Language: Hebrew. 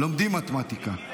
לומדים מתמטיקה.